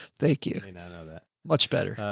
thank you. i now know that much better.